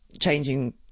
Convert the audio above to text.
changing